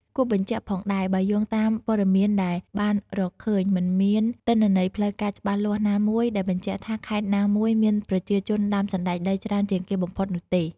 គួបញ្ជាក់ផងដែ បើយោងតាមព័ត៌មានដែលបានរកឃើញ មិនមានទិន្នន័យផ្លូវការច្បាស់លាស់ណាមួយដែលបញ្ជាក់ថាខេត្តណាមួយមានប្រជាជនដាំសណ្តែកដីច្រើនជាងគេបំផុតនោះទេ។